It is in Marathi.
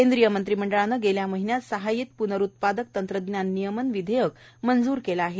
केंद्रीय मंत्रीमंडळानं गेल्या महिन्यात सहाय्यित पुनरुत्पादक तंत्रज्ञान नियमन विधेयक मंजूर केल आहे